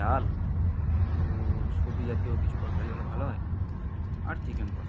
ডাল একটু সবজি জাতীয় কিছু তরকারি হলে ভালো হয় আর চিকেন কষা